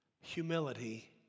humility